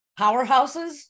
powerhouses